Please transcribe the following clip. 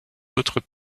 autres